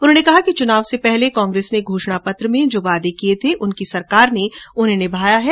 उन्होंने कहा कि चुनाव से पहले कांग्रेस ने घोषणा पत्र में जो वादे किये थे उनकी सरकार ने उन्हें निभाया है